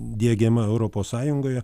diegiama europos sąjungoje